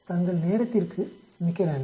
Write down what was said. தங்கள் நேரத்திற்கு மிக்க நன்றி